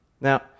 Now